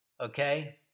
okay